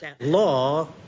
Law